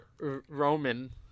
roman